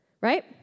right